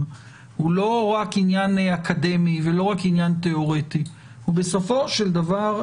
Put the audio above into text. לא צריך לעצום את עיניו מהתחושה שהוא